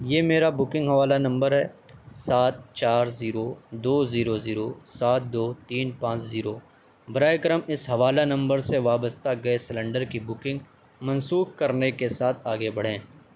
یہ میرا بکنگ حوالہ نمبر ہے سات چار زیرو دو زیرو زیرو سات دو تین پانچ زیرو براہ کرم اس حوالہ نمبر سے وابستہ گیس سلنڈر کی بکنگ منسوخ کرنے کے ساتھ آگے بڑھیں